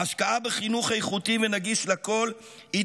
ההשקעה בחינוך איכותי ונגיש לכול היא